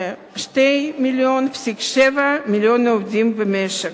2.7 מיליון עובדים במשק.